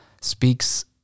speaks